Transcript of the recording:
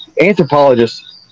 anthropologists